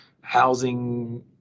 housing